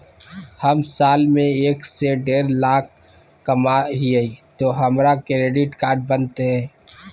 हम साल में एक से देढ लाख कमा हिये तो हमरा क्रेडिट कार्ड बनते?